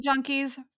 junkies